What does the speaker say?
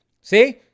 See